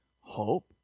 hope